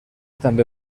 també